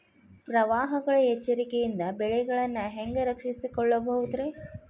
ಪ್ರವಾಹಗಳ ಎಚ್ಚರಿಕೆಯಿಂದ ಬೆಳೆಗಳನ್ನ ಹ್ಯಾಂಗ ರಕ್ಷಿಸಿಕೊಳ್ಳಬಹುದುರೇ?